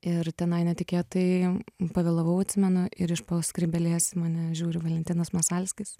ir tenai netikėtai pavėlavau atsimenu ir iš po skrybėlės į mane žiūri valentinas masalskis